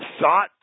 sought